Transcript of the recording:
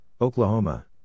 Oklahoma